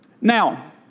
Now